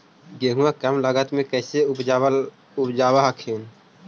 गेहुमा कम लागत मे कैसे उपजाब हखिन?